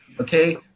Okay